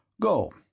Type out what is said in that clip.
Go